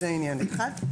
זה עניין אחד.